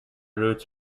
roots